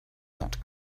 that